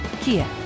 Kia